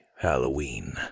Halloween